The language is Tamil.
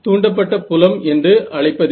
தூண்டப்பட்ட புலம் என்று அழைப்பதில்லை